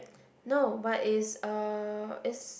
no but is uh is